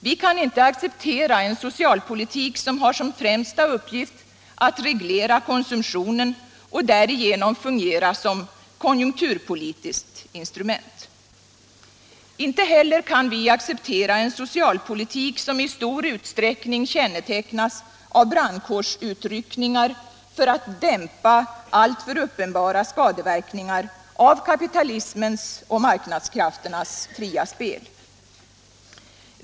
Vi kan inte acceptera en socialpolitik som har som främsta uppgift att reglera konsumtionen och därigenom fungera som konjunkturpolitiskt instrument. Inte heller kan vi acceptera en socialpolitik som i stor utsträckning kännetecknas av brandkårsutryckningar för att dämpa alltför uppenbara skadeverkningar av kapitalismens och marknadskrafternas fria spel.